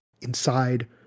inside